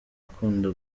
ukunda